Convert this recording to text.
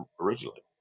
originally